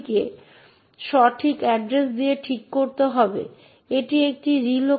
আরেকটি ব্যাপকভাবে ব্যবহৃত কার্যকারিতা হল প্রত্যাহার প্রত্যাহারে অ্যাক্সেস কন্ট্রোল লিস্ট অনেক বেশি দক্ষ